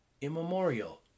Immemorial